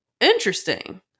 Interesting